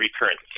recurrent